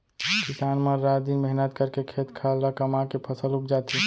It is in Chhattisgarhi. किसान मन रात दिन मेहनत करके खेत खार ल कमाके फसल उपजाथें